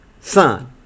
Son